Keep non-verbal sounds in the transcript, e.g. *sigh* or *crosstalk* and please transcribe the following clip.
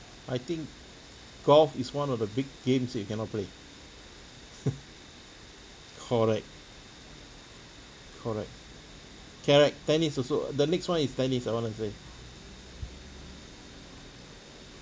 I think golf is one of the big games that you cannot play *laughs* correct correct correct tennis also the next one is tennis I want to say